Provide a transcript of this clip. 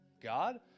God